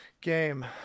game